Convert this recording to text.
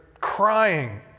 crying